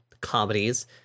comedies